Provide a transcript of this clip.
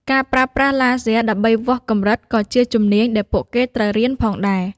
ការប្រើប្រាស់ឡាស៊ែរដើម្បីវាស់កម្រិតក៏ជាជំនាញដែលពួកគេត្រូវរៀនផងដែរ។